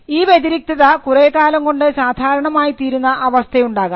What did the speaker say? ഈ വ്യതിരിക്തത കുറെ കാലം കൊണ്ട് സാധാരണമായിത്തീരുന്ന അവസ്ഥയുണ്ടാകാം